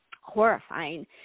horrifying